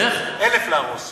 1,000 להרוס.